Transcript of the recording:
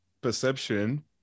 perception